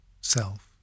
self